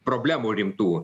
problemų rimtų